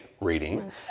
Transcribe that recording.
reading